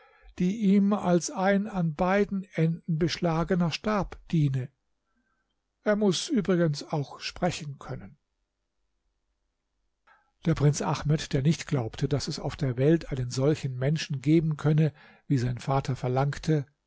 die ihm als ein an beiden enden beschlagener stab diene er muß übrigens auch sprechen können der prinz ahmed der nicht glaubte daß es auf der welt einen solchen menschen geben könne wie sein vater verlangte